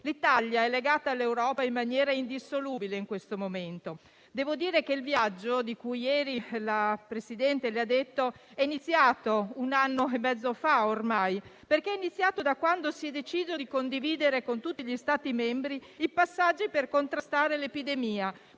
L'Italia è legata all'Europa in maniera indissolubile in questo momento. Devo dire che il viaggio di cui eri la Presidente ha parlato è iniziato un anno e mezzo fa ormai. È iniziato da quando si è deciso di condividere con tutti gli Stati membri i passaggi per contrastare l'epidemia,